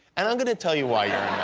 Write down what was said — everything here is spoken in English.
and i'm going to tell you why you're